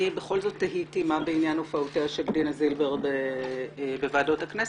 אני בכל זאת תהיתי מה בעניין הופעותיה של דינה זילבר בוועדות הכנסת,